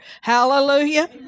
Hallelujah